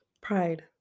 Pride